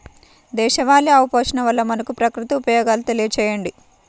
దేశవాళీ ఆవు పోషణ వల్ల మనకు, ప్రకృతికి ఉపయోగాలు తెలియచేయండి?